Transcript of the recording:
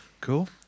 Cool